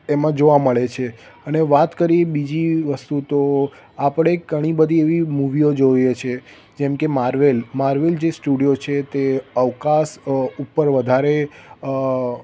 એમાં જોવા મળે છે અને વાત કરીએ બીજી વસ્તુ તો આપણે ઘણી બધી એવી મૂવીઓ જોઈએ છીએ જેમકે મારવેલ મારવેલ જે સ્ટુડિયો છે તે અવકાશ ઉપર વધારે